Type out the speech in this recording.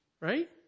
right